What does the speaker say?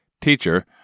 Teacher